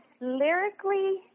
lyrically